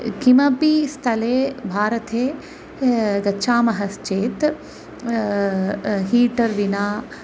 किमपि स्थले भारते गच्छामः चेत् हीटर् विना